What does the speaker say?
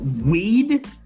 weed